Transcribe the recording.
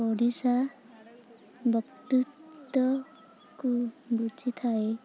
ଓଡ଼ିଶା ବ୍ୟକ୍ତିତ୍ୱକୁ ବୁଝିଥାଏ